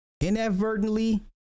inadvertently